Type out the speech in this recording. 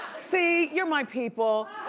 see? you're my people.